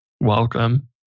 welcome